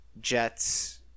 jet's